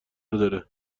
داره